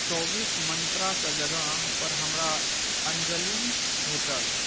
चौबीस मंत्राके जगह पर हमरा अञ्जलि भेटल